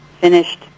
finished